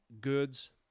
goods